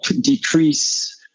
decrease